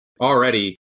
already